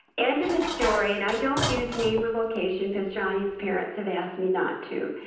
end of the story, and i don't use name or location, cause johnny's parents have asked me not to,